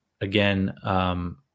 again